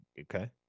Okay